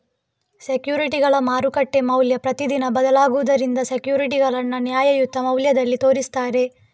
ಸೆಕ್ಯೂರಿಟಿಗಳ ಮಾರುಕಟ್ಟೆ ಮೌಲ್ಯ ಪ್ರತಿದಿನ ಬದಲಾಗುದರಿಂದ ಸೆಕ್ಯೂರಿಟಿಗಳನ್ನ ನ್ಯಾಯಯುತ ಮೌಲ್ಯದಲ್ಲಿ ತೋರಿಸ್ತಾರೆ